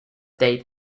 date